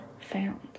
found